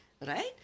Right